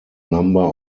number